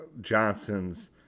johnson's